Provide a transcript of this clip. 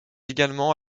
également